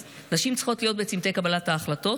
אז נשים צריכות להיות בצומתי קבלת ההחלטות,